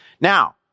Now